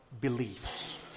beliefs